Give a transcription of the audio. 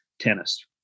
tennis